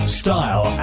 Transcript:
style